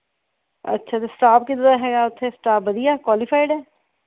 ਅੱਛਾ ਸਟਾਫ਼ ਕਿੱਦਾਂ ਦਾ ਹੈ ਉਥੇ ਸਟਾਫ਼ ਵਧੀਆ ਕੁਐਲੀਫਾਈਡ ਹੈ